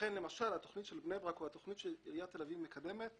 התכנית של בני ברק או התכנית שעיריית תל אביב מקדמת,